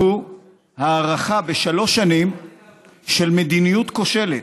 והוא הארכה בשלוש שנים של מדיניות כושלת,